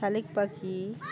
শালিক পাখি